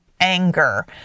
anger